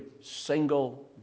single